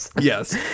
Yes